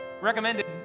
recommended